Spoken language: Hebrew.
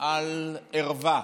על ערווה.